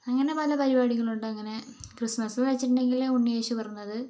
അങ്ങനെ പല പരിപാടികളും ഉണ്ട് അങ്ങനെ ക്രിസ്തുമസെന്നു വച്ചിട്ടുണ്ടങ്കിൽ ഉണ്ണിയേശു പിറന്നത്